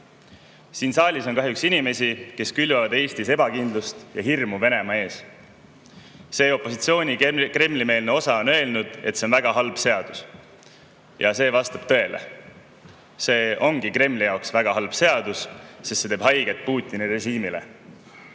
Siin saalis on kahjuks inimesi, kes külvavad Eestis ebakindlust ja hirmu Venemaa ees. Opositsiooni Kremli-meelne osa on öelnud, et see on väga halb seadus. Ja see vastab tõele – see ongi Kremli jaoks väga halb seadus, sest see teeb haiget Putini režiimile,